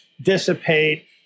dissipate